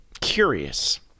curious